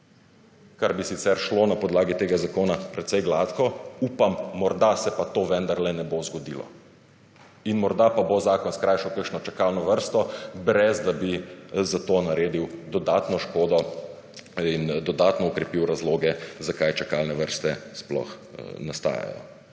kar bi sicer šlo na podlagi tega zakona precej gladko, upam morda se pa to vendarle ne bo zgodilo in morda pa bo zakon skrajšal kakšno čakalno vrsto brez, da bi zato naredil dodatno škodo in dodatno okrepil razloge zakaj čakalne vrste sploh nastajajo.